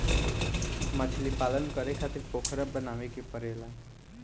मछलीपालन करे खातिर पोखरा बनावे के पड़ेला